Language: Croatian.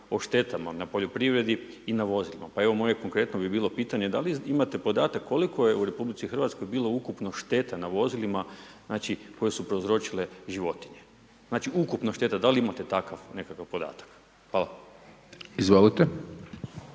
o štetama na poljoprivredi i na vozilu. Pa evo moje konkretno bi bilo pitanje, da li imate podatak koliko je u RH bilo ukupno štete na vozilima, znači koje su prouzročile životinje? Znači ukupno šteta, da li imate takav nekakav podatak. Hvala. **Hajdaš